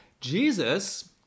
Jesus